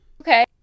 Okay